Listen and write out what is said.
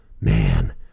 Man